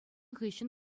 хыҫҫӑн